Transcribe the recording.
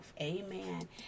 amen